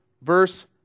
verse